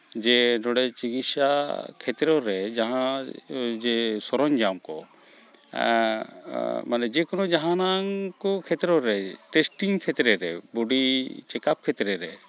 ᱡᱮ ᱱᱚᱸᱰᱮ ᱪᱤᱠᱤᱥᱥᱟ ᱠᱷᱮᱛᱨᱚ ᱨᱮ ᱡᱟᱦᱟᱸ ᱡᱮ ᱥᱚᱨᱚᱧᱡᱟᱢ ᱠᱚ ᱢᱟᱱᱮ ᱡᱮᱠᱳᱱᱳ ᱡᱟᱦᱟᱸᱱᱟᱜ ᱠᱚ ᱠᱷᱮᱛᱨᱚ ᱨᱮᱜᱮ ᱴᱮᱥᱴᱤᱝ ᱠᱷᱮᱛᱨᱚ ᱨᱮ ᱵᱚᱰᱤ ᱪᱮᱠᱟᱯ ᱠᱷᱮᱛᱨᱚ ᱨᱮ